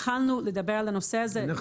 כשהתחלנו לדבר על הנושא הזה רשות המים עשו סקר.